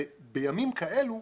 בימים כאלה,